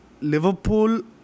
Liverpool